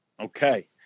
Okay